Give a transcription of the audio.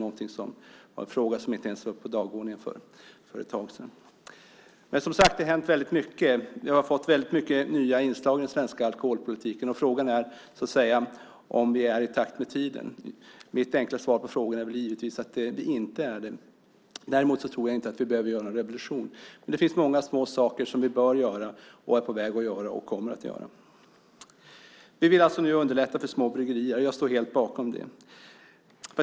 Den är en fråga som inte ens var uppe på dagordningen för ett tag sedan. Det har hänt väldigt mycket. Vi har fått väldigt många nya inslag i den svenska alkoholpolitiken. Frågan är om vi är i takt med tiden. Mitt enkla svar på frågan är givetvis att vi inte är det. Däremot tror jag inte att vi behöver göra revolution, men det finns många små saker som vi bör göra och kommer att göra. Vi vill nu underlätta för små bryggerier, och jag står helt bakom det.